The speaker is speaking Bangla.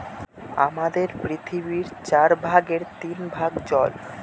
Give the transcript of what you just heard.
আমাদের পৃথিবীর চার ভাগের তিন ভাগ জল